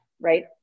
Right